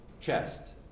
chest